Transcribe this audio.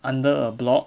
under a block